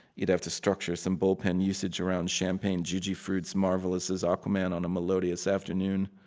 you'd have to structure some bullpen usage around champagne. jujyfruits marvelous as aquaman on a melodious afternoon.